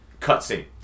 Cutscene